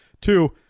Two